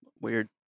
Weird